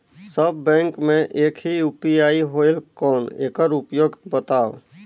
सब bank मे एक ही यू.पी.आई होएल कौन एकर उपयोग बताव?